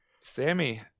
Sammy